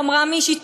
איך אמרה מישהי?